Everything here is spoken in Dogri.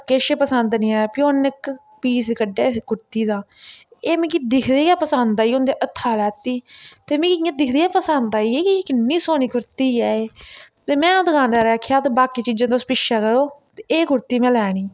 किश पसंद नी आया फ्ही उ'नें इक पीस कड्ढेआ इक कुर्ती दा एह् मिगी दिखदे गा पसंद आई उं'दे हत्था लैती ते मि इ'यां दिखदे गै पसंद आई गेई कि किन्नी सोह्नी कुर्ती ऐ एह् ते में दकानदारै गी आक्खेआ ते बाकी चीज़ां तुस पिच्छै करो ते एह् कुर्ती में लैनी